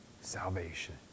salvation